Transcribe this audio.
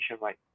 right